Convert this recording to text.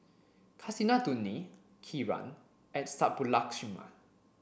Kasinadhuni Kiran and Subbulakshmi